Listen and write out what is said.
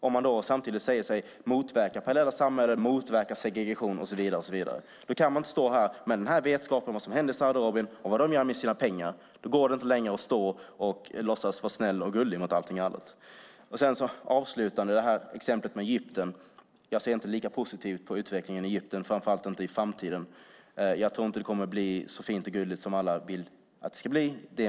Om man samtidigt säger sig vilja motverka parallella samhällen, segregation och så vidare kan man inte längre stå här och låtsas vara snäll och gullig mot allting och alla med denna vetskap om vad som händer i Saudiarabien och vad de gör med sina pengar. Jag ser inte lika positivt som Stefan Attefall på utvecklingen i Egypten, framför allt inte vad gäller framtiden. Jag tror inte att det kommer att bli så fint och gulligt som alla vill att det ska bli.